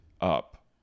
up